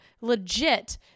legit